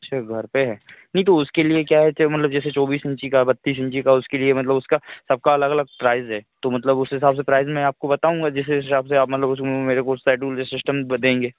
अच्छा घर पर है नहीं तो उसके लिए क्या है कि मतलब जैसे चौबीस इंची का बत्तीस इंची का उसके लिए मतलब उसका सबका अलग अलग प्राइज़ है तो मतलब उस हिसाब से प्राइज़ मैं आपको बताऊँगा जिस हिसाब से आप मतलब उसमें मेरे को उस साइड टूल का सिस्टम ब देंगे